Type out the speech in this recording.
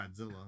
Godzilla